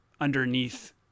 underneath